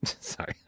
Sorry